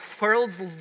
world's